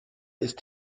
ist